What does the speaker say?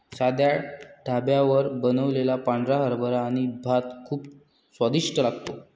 साध्या ढाब्यावर बनवलेला पांढरा हरभरा आणि भात खूप स्वादिष्ट लागतो